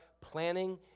planning